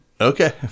Okay